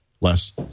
less